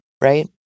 Right